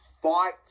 fight